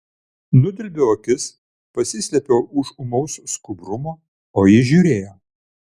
nudelbiau akis pasislėpiau už ūmaus skubrumo o ji žiūrėjo